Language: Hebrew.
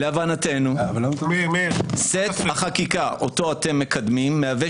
להבנתנו סט החקיקה אותו אתם מקדמים מהווה